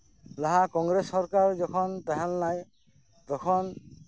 ᱞᱟᱦᱟ ᱠᱚᱝᱜᱨᱮᱥ ᱥᱚᱨᱠᱟᱨ ᱡᱚᱠᱷᱚᱱ ᱛᱟᱦᱮᱸ ᱞᱮᱱᱟᱭ ᱛᱚᱠᱷᱚᱱ